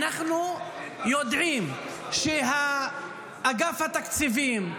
-- אנחנו יודעים שבאגף התקציבים,